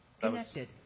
Connected